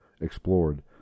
explored